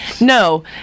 No